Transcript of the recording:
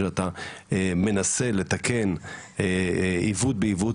שאתה מנסה לתקן עיוות בעיוות,